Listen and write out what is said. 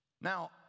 Now